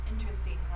interesting